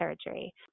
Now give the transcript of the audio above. surgery